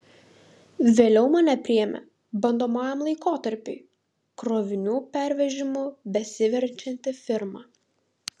vėliau mane priėmė bandomajam laikotarpiui krovinių pervežimu besiverčianti firma